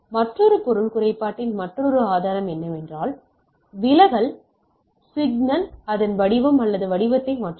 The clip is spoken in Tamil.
மற்றொரு பொருள் குறைபாட்டின் மற்றொரு ஆதாரம் என்னவென்றால் விலகல் சிக்னல் அதன் வடிவம் அல்லது வடிவத்தை மாற்றுகிறது